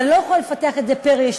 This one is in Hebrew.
אבל אני לא יכולה לפתח את זה פר-יישוב,